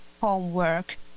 homework